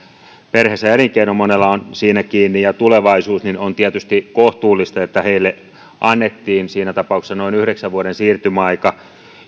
perheen elinkeino monella on siinä kiinni ja tulevaisuus niin on tietysti kohtuullista että heille annettiin siinä tapauksessa noin yhdeksän vuoden siirtymäaika